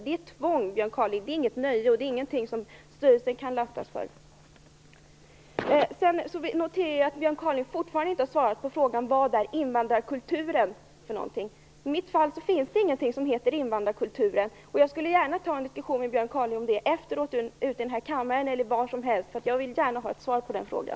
Det är alltså ett tvång, Björn Kaaling, inte ett nöje, och detta kan styrelsen inte lastas för. Jag noterar att Björn Kaaling fortfarande inte har svarat på frågan om vad "invandrarkulturen" är för något. För mitt vidkommande finns det ingenting som kallas för "invandrarkulturen". Jag tar gärna en diskussion med Björn Kaaling efter den här debatten. Vi kan föra den utanför denna kammare eller någon annanstans - var som helst. Jag vill gärna ha ett svar på den frågan.